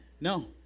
No